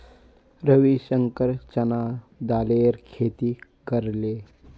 रविशंकर चना दालेर खेती करले